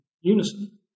unison